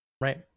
Right